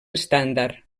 estàndard